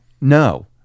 no